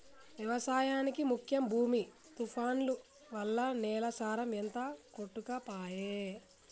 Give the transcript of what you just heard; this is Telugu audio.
వ్యవసాయానికి ముఖ్యం భూమి తుఫాన్లు వల్ల నేల సారం అంత కొట్టుకపాయె